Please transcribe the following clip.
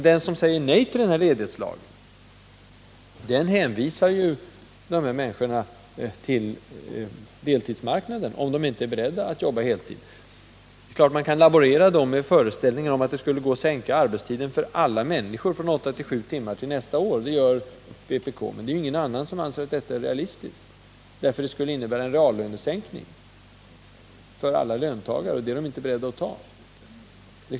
Den som säger nej till ledighetslagen hänvisar människor till deltidsmarknaden, om de inte är beredda att arbeta på heltid. Naturligtvis kan man laborera med tankegångar om att det skulle gå att sänka arbetstiden för alla människor från åtta till sju timmar nästa år. Det gör vpk, men ingen annan anser att detta är realistiskt. Det skulle nämligen innebära en reallönesänkning för alla löntagare, och det är de inte beredda att acceptera.